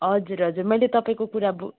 हजुर हजुर मैले तपाईँको कुरा बु